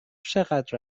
چقدر